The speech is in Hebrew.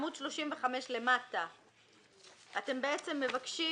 אתם מבקשים